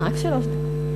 רק שלוש דקות?